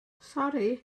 sori